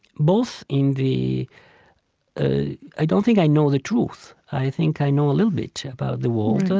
both in the ah i don't think i know the truth. i think i know a little bit about the world,